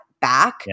back